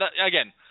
Again